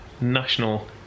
national